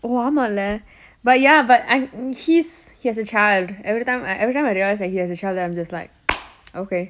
oh ஆமால்ல:aamaalle but ya but I he's he has a child everytime I every time I realise that he has a child I'm just like okay